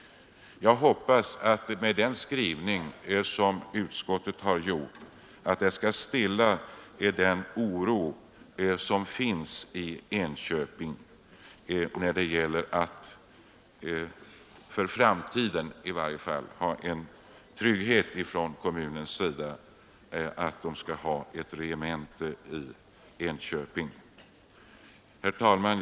Jag hoppas att utskottets skrivning skall stilla oron i Enköping genom att det klart sägs ut att Enköping inte skall stå utan regemente för framtiden. Herr talman!